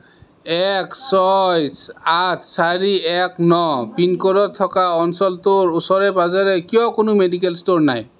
এক ছয় আঠ চাৰি এক ন পিন ক'ড থকা অঞ্চলটোৰ ওচৰে পাঁজৰে কিয় কোনো মেডিকেল ষ্ট'ৰ নাই